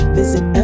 visit